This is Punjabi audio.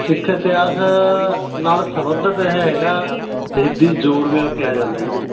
ਸਿੱਖ ਇਤਿਹਾਸ ਨਾਲ ਸੰਬੰਧਿਤ ਹੈਗਾ ਸ਼ਹੀਦੀ ਜੋੜ ਮੇਲ ਕਿਹਾ ਜਾਂਦਾ ਇਹਨੂੰ